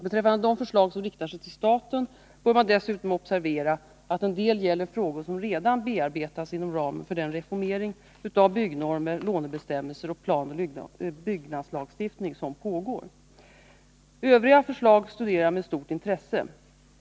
Beträffande de förslag som riktar sig till staten bör man dessutom observera att en del gäller frågor som redan bearbetas inom ramen för den reformering av byggnormer, lånebestämmelser och planoch bygglagstiftning som pågår. Övriga förslag studerar jag med stort intresse.